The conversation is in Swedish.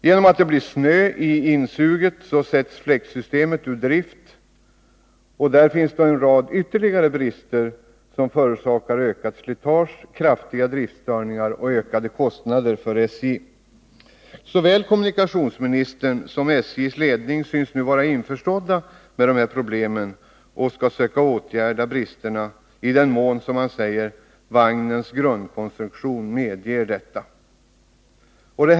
Genom snö i insuget sätts fläktsystemet ur drift. Där finns ytterligare en rad brister som förorsakar ökat slitage, kraftiga driftstörningar och ökade kostnader för SJ. Såväl kommunikationsministern som SJ:s ledning synes nu vara på det klara med problemen och skall söka avhjälpa bristerna i den mån vagnens grundkonstruktion medger detta, som det sägs i svaret.